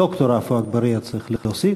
ד"ר עפו אגבאריה, צריך להוסיף.